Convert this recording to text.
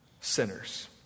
sinners